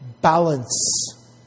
balance